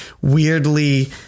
weirdly